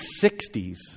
60s